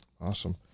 Awesome